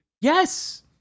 yes